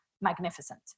magnificent